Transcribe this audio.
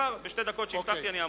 כבר, בשתי הדקות שהבטחתי אני אעמוד.